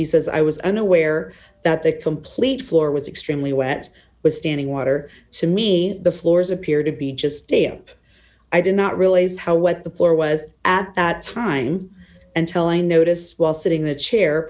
he says i was unaware that the complete floor was extremely wet with standing water to me the floors appeared to be just stale i did not realize how wet the floor was at that time until i noticed while sitting in the chair